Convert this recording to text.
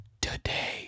today